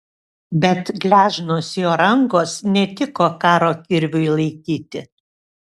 bet gležnos jos rankos netiko karo kirviui laikyti